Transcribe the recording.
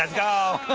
and go!